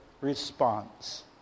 response